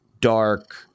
dark